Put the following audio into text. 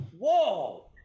Whoa